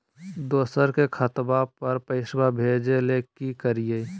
दोसर के खतवा पर पैसवा भेजे ले कि करिए?